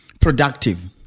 productive